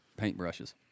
Paintbrushes